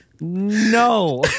no